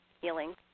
healing